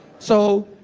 so.